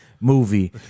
movie